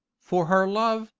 for her love,